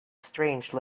strange